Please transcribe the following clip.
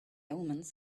omens